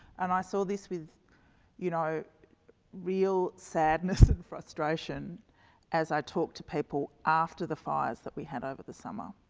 and i saw this with you know real sadness and frustration as i talked to people after the fires that we had over the summer.